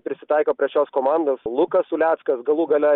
prisitaiko prie šios komandos lukas uleckas galų gale